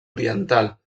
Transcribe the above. oriental